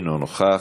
אינו נוכח,